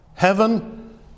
Heaven